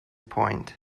point